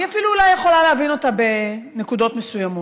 אני אפילו אולי יכולה להבין אותה בנקודות מסוימות,